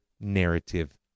narrative